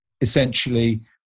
essentially